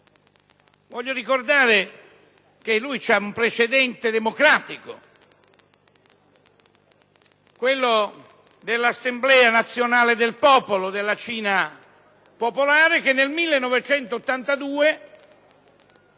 Voglio ricordare, in merito, un precedente democratico, quello dell'Assemblea nazionale del popolo della Cina popolare, che nel 1982,